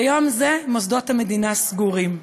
ביום זה מוסדות המדינה סגורים,